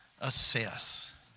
assess